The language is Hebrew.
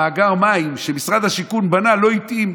מאגר המים שמשרד השיכון בנה לא התאים.